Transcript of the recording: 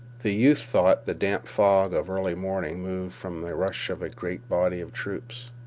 the youth thought the damp fog of early morning moved from the rush of a great body of troops.